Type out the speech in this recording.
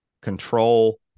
Control